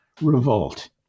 revolt